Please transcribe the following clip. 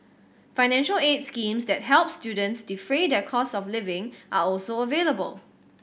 financial aid schemes that help students defray their costs of living are also available